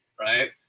right